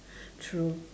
true